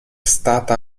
stata